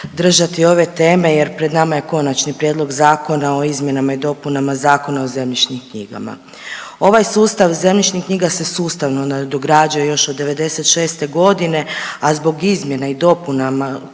držati ove teme jer pred nama je Konačni prijedlog Zakona o izmjenama i dopunama Zakona o zemljišnim knjigama. Ovaj sustav zemljišnih knjiga se sustavno nadograđuje još '96. godine, a zbog izmjena i dopunama kojih